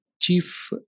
chief